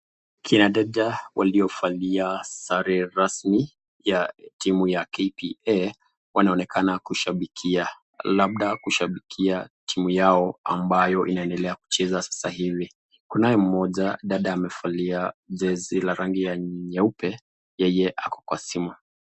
Kinadada waliovalia sare rasmi ya timu ya KPA wanaonekana kushabikia labda kushabikia timu yao ambayo inaendela kucheza sasa hivi. Kunaye dada mooja amevalia jezi la rangi ya nyeupe yeye ako kwa simu.